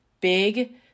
big